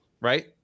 right